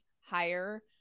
higher